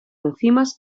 enzimas